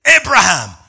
Abraham